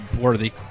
worthy